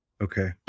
Okay